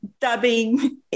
dubbing